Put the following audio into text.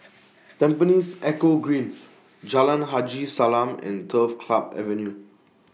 Tampines Eco Green Jalan Haji Salam and Turf Club Avenue